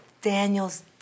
Daniel's